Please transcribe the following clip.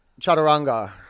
chaturanga